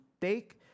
take